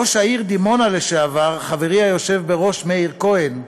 ראש העיר דימונה לשעבר, חברי היושב בראש מאיר כהן,